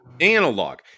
Analog